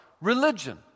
religion